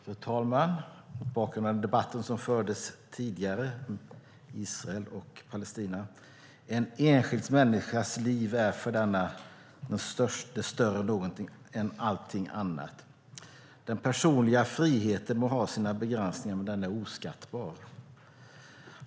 Fru talman! Mot bakgrund av den debatt som fördes tidigare om Israel och Palestina vill jag säga att en enskild människas liv är för denna större än allting annat. Den personliga friheten må ha sina begränsningar, men den är oskattbar.